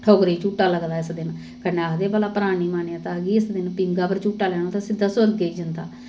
ठोगरें गी झूठा लगदा इस दिन कन्नै आखदे भला परानी मान्यता ही इस दिन पींह्गा पर झूटा लैना ते सिद्धा सुर्गा गी जंदा